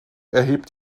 erhebt